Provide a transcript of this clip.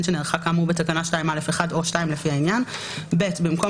שנערכה כאמור בתקנה 2(א)(1) או (2) לפי העניין"; (ב)במקום